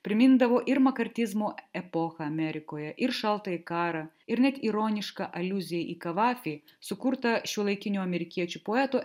primindavo ir makartizmo epochą amerikoje ir šaltąjį karą ir net ironišką aliuziją į kavafį sukurtą šiuolaikinio amerikiečių poeto